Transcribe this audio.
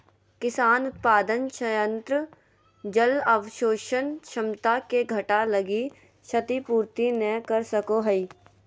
किसान उत्पादन संयंत्र जल अवशोषण क्षमता के घटा लगी क्षतिपूर्ति नैय कर सको हइ